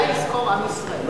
היה "יזכור עם ישראל".